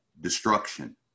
destruction